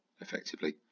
Effectively